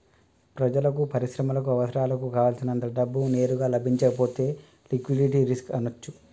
ప్రజలకు, పరిశ్రమలకు అవసరాలకు కావల్సినంత డబ్బు నేరుగా లభించకపోతే లిక్విడిటీ రిస్క్ అనొచ్చు